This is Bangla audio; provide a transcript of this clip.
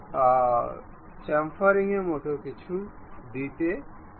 সম্ভবত এটি কেবল 65 তৈরি করুন যাতে এটি মসৃণভাবে কাটা হিসাবে বেরিয়ে আসে